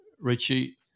Richie